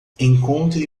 encontre